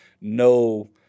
No